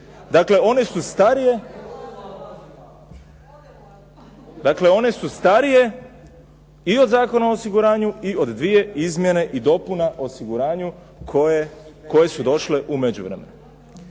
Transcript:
Dakle one su starije i od Zakona o osiguranju i od dvije izmjene i dopuna o osiguranju koje su došle u međuvremenu.